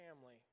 family